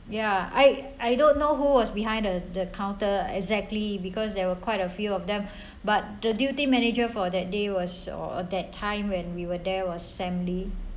ya I I don't know who was behind the counter exactly because there were quite a few of them but the duty manager for that day was or that time when we were there was sam lee